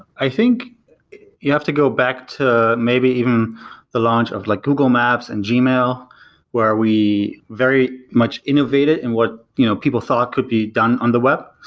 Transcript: i think you have to go back to maybe even the launch of like google maps and gmail where we very much innovated and what you know people thought could be done on the web.